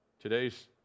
Today's